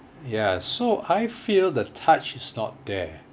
ya so I feel the touch is not there